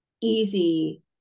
easy